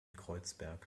kreuzberg